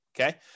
okay